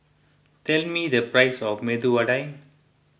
tell me the price of Medu Vada